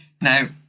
Now